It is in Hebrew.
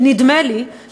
נדמה לי,